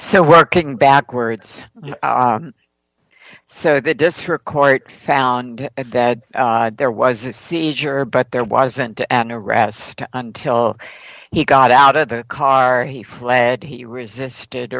so working backwards so the district court found that there was a seizure but there wasn't an arrest until he got out of the car he fled he resisted